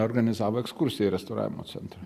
organizavo ekskursiją į restauravimo centrą